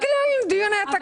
בגלל דיוני התקציב.